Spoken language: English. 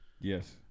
yes